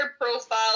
profile